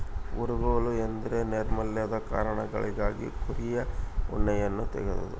ಊರುಗೋಲು ಎಂದ್ರ ನೈರ್ಮಲ್ಯದ ಕಾರಣಗಳಿಗಾಗಿ ಕುರಿಯ ಉಣ್ಣೆಯನ್ನ ತೆಗೆದು